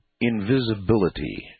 invisibility